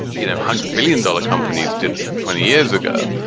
you know, a hundred billion dollar companies did twenty years ago.